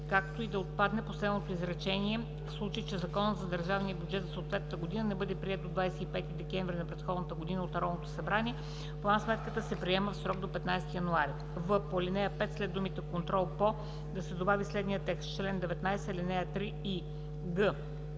както и да отпадне последното изречение: „В случай че Законът за държавния бюджет за съответната година не бъде приет до 25 декември на предходната година от Народното събрание, план сметката се приема в срок до 15-ти януари.“; в) по ал. 5 – след думите „контрол по“ да се добави следния текст „чл. 19, ал. 3 и“;